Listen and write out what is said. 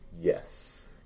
Yes